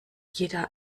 jeder